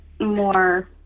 more